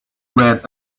red